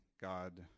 God